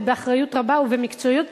באחריות רבה ובמקצועיות,